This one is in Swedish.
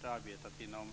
Du har arbetat inom